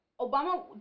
Obama